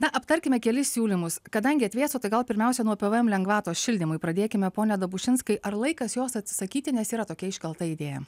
na aptarkime kelis siūlymus kadangi atvėso tai gal pirmiausia nuo pvm lengvatos šildymui pradėkime pone dabušinskai ar laikas jos atsisakyti nes yra tokia iškelta idėja